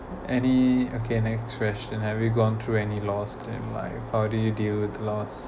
any okay any question have you gone through any lost in life how do you deal with loss